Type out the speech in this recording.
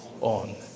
on